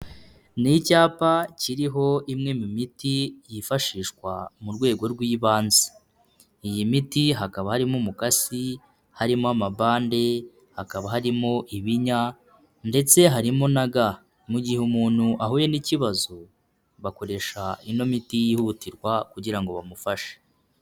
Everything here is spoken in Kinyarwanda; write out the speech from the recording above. Ni icyapa kiriho imwe mu miti yifashishwa mu rwego rw'ibanze. Iyi miti hakaba harimo umukasi, harimo amabande, hakaba harimo ibinya ndetse harimo na ga. Mu gihe umuntu ahuye n'ikibazo, bakoresha ino miti yihutirwa kugira ngo bamufashe.